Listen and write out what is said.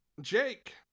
Jake